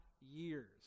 years